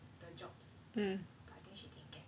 the jobs but I think she didn't get